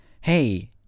hey